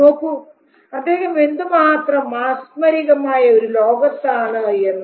നോക്കൂ അദ്ദേഹം എന്തുമാത്രം മാസ്മരികമായ ഒരു ലോകത്താണ് എന്ന്